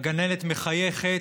הגננת מחייכת.